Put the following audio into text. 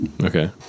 Okay